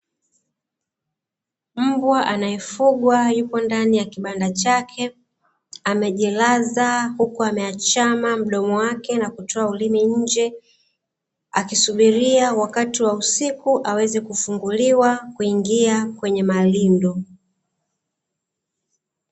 Mbwa anayefugwa yupo ndani ya kibanda chake amejilaza, huku ameachama mdomo wake na kutoa ulimi nje. Akisubiria wakati wa usiku aweze kufunguliwa kuingia kwenye malindo.